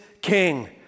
King